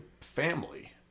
family